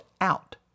out